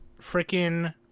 freaking